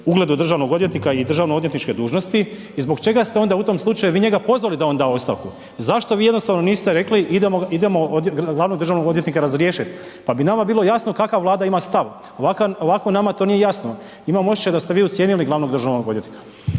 ugledu državnog odvjetnika i državno odvjetničke dužnosti? I zbog čega ste onda u tom slučaju vi njega pozvali da on da ostavku? Zašto vi jednostavno niste rekli idemo, idemo glavnog državnog odvjetnika razriješit, pa bi nama bilo jasno kakav Vlada ima stav, ovako nama to nije jasno? Imam osjećaj da ste vi ucijenili glavnog državnog odvjetnika.